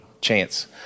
chance